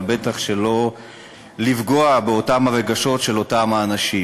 אבל בטח לא לפגוע ברגשות של אותם האנשים.